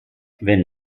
wenn